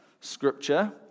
scripture